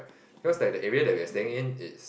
because like the area that we're staying in is